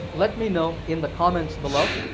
let me know in the comments below.